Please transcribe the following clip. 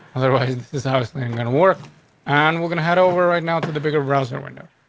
otherwise, this is obviously i'm gonna work on. we're gonna head over right now to the bigger browser window.